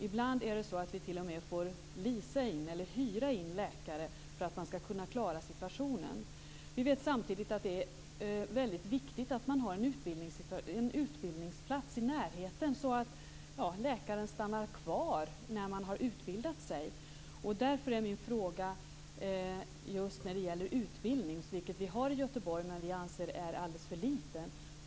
Ibland är det så att vi t.o.m. måste leasa eller hyra in läkare för att man skall kunna klara situationen. Vi vet samtidigt att det är väldigt viktigt att man har en utbildningsplats i närheten, så att läkarna stannar kvar när de har utbildat sig. Vi har utbildning i Göteborg, men vi anser att den är alldeles för liten.